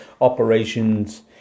operations